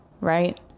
Right